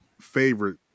favorite